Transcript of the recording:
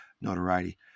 notoriety